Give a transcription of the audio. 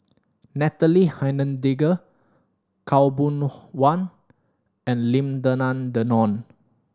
Natalie Hennedige Khaw Boon Wan and Lim Denan Denon